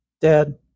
dad